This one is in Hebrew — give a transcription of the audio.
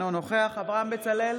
אינו נוכח אברהם בצלאל,